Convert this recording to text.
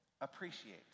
appreciate